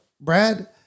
Brad